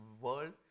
world